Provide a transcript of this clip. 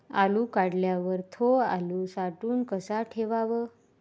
आलू काढल्यावर थो आलू साठवून कसा ठेवाव?